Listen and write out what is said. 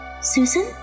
Susan